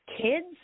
kids